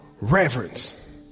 Reverence